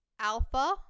alpha